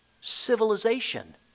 civilization